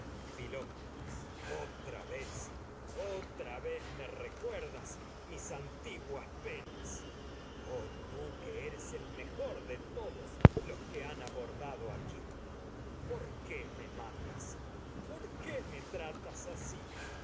filoctetes otra vez otra vez me recuerdas mis tragedias de sófocles antiguas que me penas oh tú que eres el mejor de todos íoá han abordado aquí por qué tratas me matas por qué asi